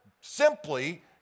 simply